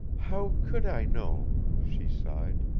how could i know? she sighed.